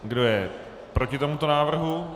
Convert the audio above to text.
Kdo je proti tomuto návrhu?